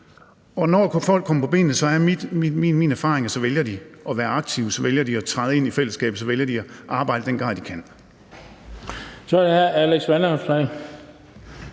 Og når folk så er kommet på benene, er det min erfaring, at så vælger de at være aktive. Så vælger de at træde ind i fællesskabet, så vælger de at arbejde i den grad, de kan.